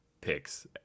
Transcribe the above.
picks